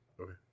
Okay